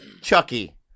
Chucky